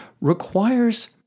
requires